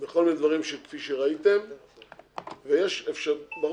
בכל מיני דברים, כמו שראיתם.